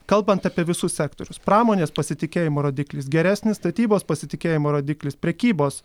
kalbant apie visus sektorius pramonės pasitikėjimo rodiklis geresnis statybos pasitikėjimo rodiklis prekybos